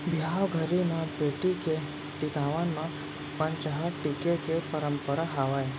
बिहाव घरी म बेटी के टिकावन म पंचहड़ टीके के परंपरा हावय